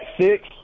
six